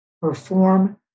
perform